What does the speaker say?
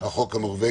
החוק הנורווגי.